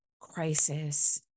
crisis